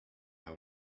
how